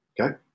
Okay